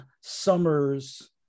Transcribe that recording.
Summers